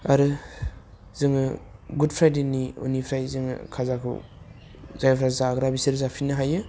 आरो जोङो गुड फ्राइदेनि उननिफ्राय जोङो खाजाखौ जायफ्रा जाग्रा बिसोर जाफिननो हायो